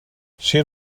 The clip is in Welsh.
sir